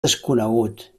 desconegut